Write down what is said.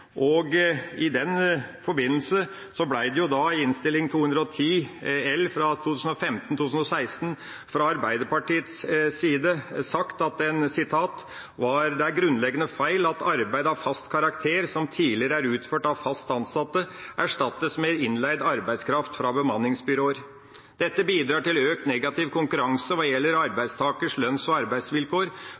I den forbindelse ble det i Innst. 210 L for 2015–2016 fra Arbeiderpartiets side sagt at «det er grunnleggende feil at arbeid av fast karakter som tidligere er utført av fast ansatte, erstattes med innleid arbeidskraft fra bemanningsbyråer. Dette bidrar til økt negativ konkurranse hva gjelder arbeidstakers lønns- og arbeidsvilkår